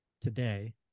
today